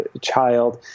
child